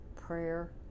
prayer